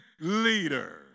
leader